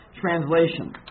translation